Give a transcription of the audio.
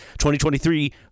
2023